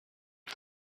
été